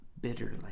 bitterly